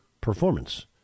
performance